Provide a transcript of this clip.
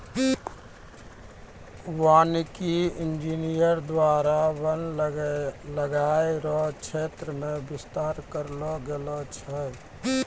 वानिकी इंजीनियर द्वारा वन लगाय रो क्षेत्र मे बिस्तार करलो गेलो छै